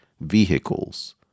vehicles